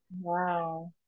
Wow